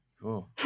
cool